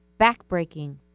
backbreaking